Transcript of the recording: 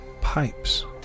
pipes